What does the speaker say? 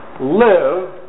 live